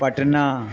Patna